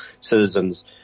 citizens